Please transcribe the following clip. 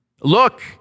Look